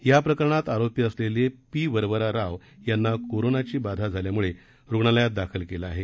या प्रकरणात आरोपी असलेले पी वरवरा राव यांना कोरोनाची बाधा झाल्यामुळे रुग्णालयात दाखल केलं आहे